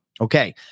Okay